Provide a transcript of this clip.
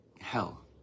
hell